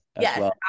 Yes